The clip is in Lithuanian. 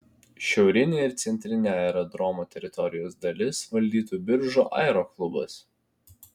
šiaurinę ir centrinę aerodromo teritorijos dalis valdytų biržų aeroklubas